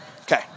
Okay